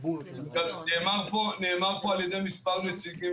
נאמר פה על ידי מספר נציגים